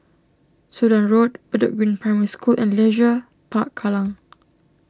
Sudan Road Bedok Green Primary School and Leisure Park Kallang